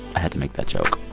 i had to make that joke.